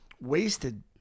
wasted